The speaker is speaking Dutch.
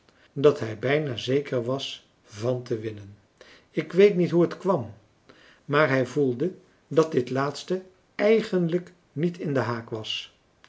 dat hij bijna zeker was van te winnen ik weet niet hoe het kwam maar hij voelde dat dit laatste eigenlijk niet in den haak was